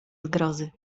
zgrozy